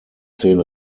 zehn